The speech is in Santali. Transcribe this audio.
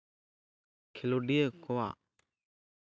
ᱠᱷᱮᱞᱳᱰᱤᱭᱟᱹ ᱠᱚᱣᱟᱜ